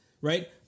right